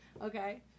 Okay